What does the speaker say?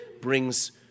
brings